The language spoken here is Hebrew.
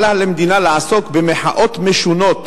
אל לה למדינה לעסוק במחאות משונות